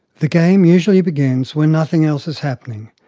the game usually begins when nothing else is happening,